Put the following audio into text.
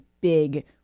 big